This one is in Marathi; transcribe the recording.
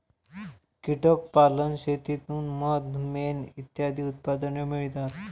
कीटक पालन शेतीतून मध, मेण इत्यादी उत्पादने मिळतात